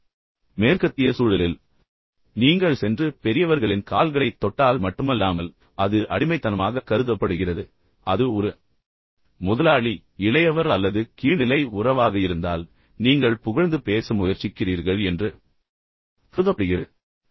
இப்போது மேற்கத்திய சூழலில் நீங்கள் சென்று பெரியவர்களின் கால்களைத் தொட்டால் மட்டுமல்லாமல் அது அடிமைத்தனமாகக் கருதப்படுகிறது அது ஒரு முதலாளி இளையவர் அல்லது கீழ்நிலை உறவாக இருந்தால் நீங்கள் புகழ்ந்து பேச முயற்சிக்கிறீர்கள் என்று கருதப்படுகிறது